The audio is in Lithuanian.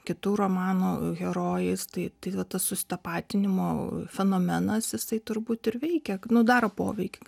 kitų romanų herojais tai tai va tas susitapatinimo fenomenas jisai turbūt ir veikia g nu daro poveikį